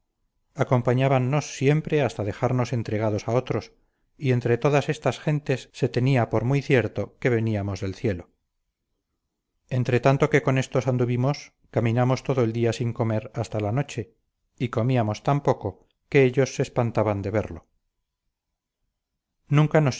tocásemos acompañábannos siempre hasta dejarnos entregados a otros y entre todas estas gentes se tenía por muy cierto que veníamos del cielo entretanto que con éstos anduvimos caminamos todo el día sin comer hasta la noche y comíamos tan poco que ellos se espantaban de verlo nunca